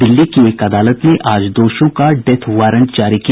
दिल्ली की एक अदालत ने आज दोषियों का डेथ वारंट जारी किया